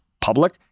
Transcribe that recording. public